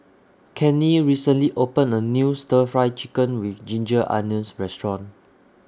Cannie recently opened A New Stir Fry Chicken with Ginger Onions Restaurant